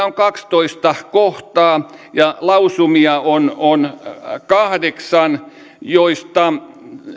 on kahdestoista kohtaa ja lausumia on on kahdeksan joista